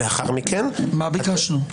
לאחר מכן --- מה ביקשנו?